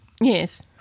Yes